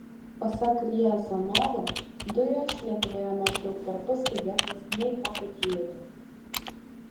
pasak riazanovo dujos lietuvoje maždaug perpus pigesnės nei vokietijoje